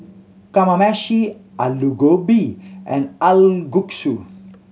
Kamameshi Alu Gobi and Kalguksu